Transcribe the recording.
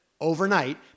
overnight